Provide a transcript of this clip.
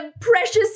precious